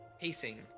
pacing